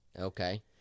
Okay